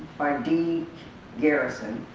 by dee garrison.